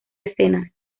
escenas